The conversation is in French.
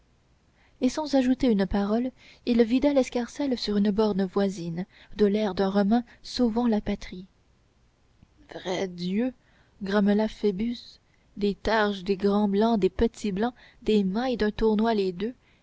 et sans ajouter une parole il vida l'escarcelle sur une borne voisine de l'air d'un romain sauvant la patrie vrai dieu grommela phoebus des targes des grands blancs des petits blancs des mailles d'un tournois les deux